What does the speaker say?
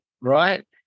Right